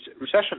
recession